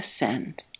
ascend